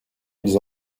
ils